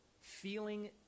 Feeling